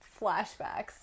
flashbacks